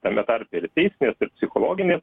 tame tarpe ir teisinės ir psichologinės